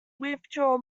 withdraw